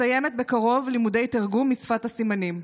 מסיימת בקרוב לימודי תרגום משפת הסימנים.